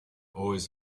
always